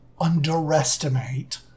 underestimate